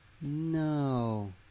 No